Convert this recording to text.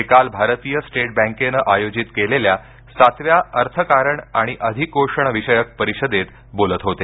ते काल भारतीय स्टेट बँकेनं आयोजित केलेल्या सातव्या अर्थकारण आणि अधिकोषण विषयक परिषदेत बोलत होते